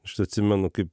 aš atsimenu kai